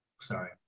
Sorry